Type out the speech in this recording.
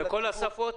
בכל השפות?